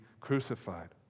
crucified